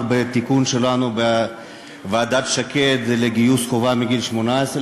בתיקון שלנו בוועדת שקד לגיוס חובה מגיל 18,